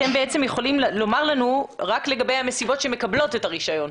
אתם בעצם יכולים לומר לנו רק לגבי המסיבות שמקבלות את הרישיון.